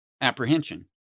apprehension